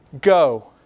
Go